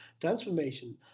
transformation